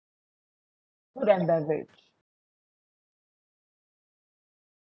food and beverage